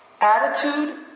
Attitude